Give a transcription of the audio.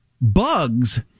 Bugs